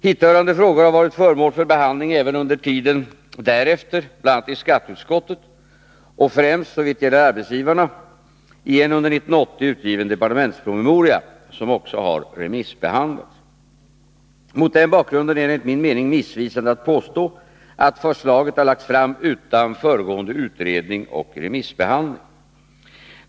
Hithörande frågor har varit föremål för behandling även under tiden därefter, bl.a. i skatteutskottet och — främst såvitt gäller arbetsgivarna — i en under 1980 utgiven departementspromemoria, som också har remissbehandlats. Mot denna bakgrund är det enligt min mening missvisande att påstå att förslaget har lagts fram utan föregående utredning och remissbehandling.